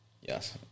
yes